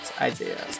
ideas